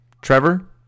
Trevor